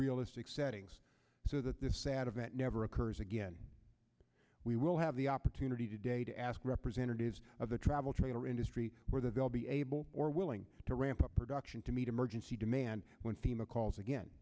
realistic settings so that this sad event never occurs again we will have the opportunity today to ask representatives of the travel trailer industry whether they'll be able or willing to ramp up production to meet emergency demand when fema calls again